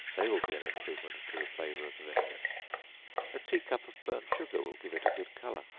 they will be an improvement to the flavor of the vinegar a tea-cup of burnt sugar will give it a good color.